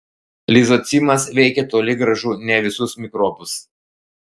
lizocimas veikė toli gražu ne visus mikrobus